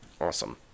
Awesome